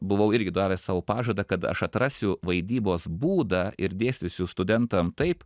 buvau irgi davęs sau pažadą kad aš atrasiu vaidybos būdą ir dėstysiu studentam taip